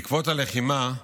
בעקבות הלחימה,